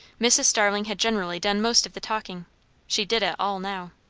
mrs. starling had generally done most of the talking she did it all now.